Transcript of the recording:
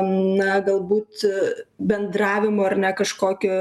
na galbūt bendravimo ar ne kažkokio